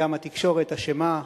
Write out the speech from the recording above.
גם התקשורת אשמה,